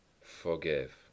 forgive